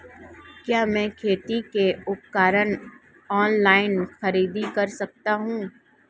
क्या मैं खेती के उपकरण ऑनलाइन खरीद सकता हूँ?